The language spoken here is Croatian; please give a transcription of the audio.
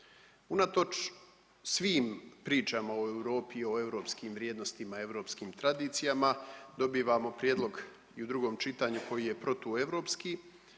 Unatoč svim pričama o Europi i o europskim vrijednostima i europskim tradicijama dobivamo prijedlog i u drugom čitanju koji je protueuropski